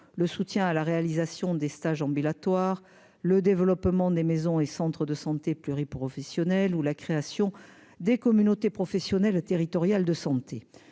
le soutien à la réalisation des stages ambulatoires, le développement des maisons et centres de santé pluri-professionnelles ou la création des communautés professionnelles territoriales de santé,